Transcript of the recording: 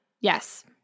Yes